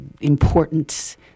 important